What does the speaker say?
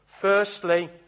Firstly